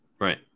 Right